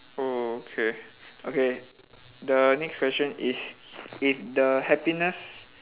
oh okay okay the next question is if the happiness